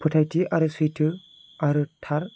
फोथायथि आरो सैथो आरो थार